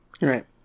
Right